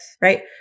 Right